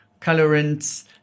colorants